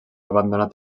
abandonat